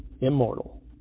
Immortal